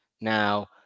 Now